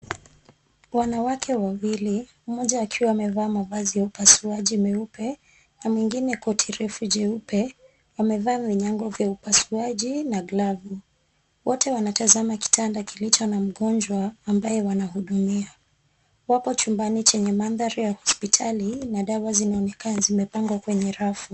Wanawake wawili, mmoja akiwa amevaa mavazi ya upasuaji meupe, na mwingine koti refu jeupe, wamevaa vinyango vya upasuaji na glavu. Wote wanatazama kitanda kilicho na mgonjwa, ambaye wanahudumia. Wapo chumbani chenye mandhari ya hospitali, na dawa zinaonekana zimepangwa kwenye rafu.